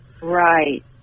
Right